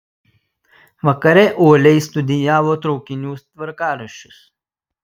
vakare uoliai studijavo traukinių tvarkaraščius